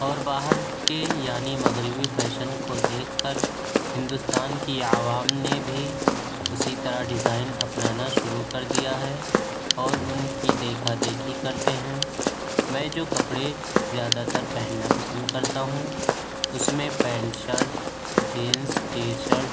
اور باہر کے یعنی مغربی فیشن کو دیکھ کر ہندوستان کی عوام نے بھی اسی طرح ڈیزائن اپنانا شروع کر دیا ہے اور ان کی دیکھا دیکھی کرتے ہیں میں جو کپڑے زیادہ تر پہننا پسند کرتا ہوں اس میں pant shirt jeans T shirt